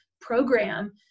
program